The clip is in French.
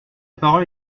parole